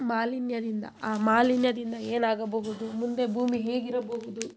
ಮಾಲಿನ್ಯದಿಂದ ಆ ಮಾಲಿನ್ಯದಿಂದ ಏನಾಗಬಹುದು ಮುಂದೆ ಭೂಮಿ ಹೇಗಿರಬಹುದು